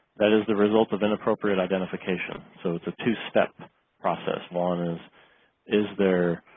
that is the result of inappropriate identification. so it's a two-step process. long as is there